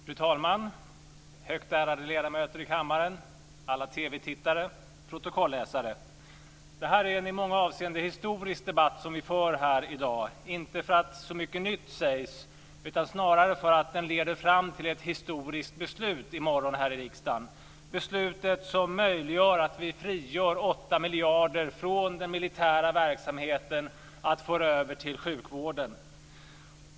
Fru talman! Högt ärade ledamöter i kammaren! Alla TV-tittare! Protokolläsare! Det här är en i många avseenden historisk debatt som vi för här i dag, inte för att det sägs så mycket nytt utan snarare för att den leder fram till ett historiskt beslut i morgon här i riksdagen, ett beslut som möjliggör att vi frigör 8 miljarder från den militära verksamheten att föra över till sjukvården.